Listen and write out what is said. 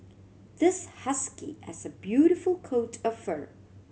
this husky has a beautiful coat of fur